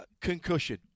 concussion